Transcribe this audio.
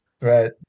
Right